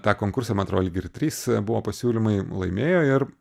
tą konkursą man atro lyg ir trys buvo pasiūlymai laimėjo ir